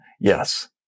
yes